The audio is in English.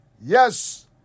Yes